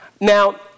Now